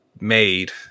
made